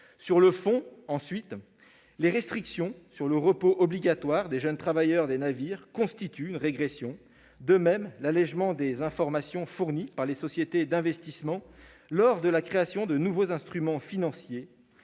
Sur le fond, ensuite, les restrictions concernant le repos obligatoire des jeunes travailleurs des navires constituent une régression. De même, l'allégement des informations fournies par les sociétés d'investissement lorsqu'elles créent de nouveaux instruments financiers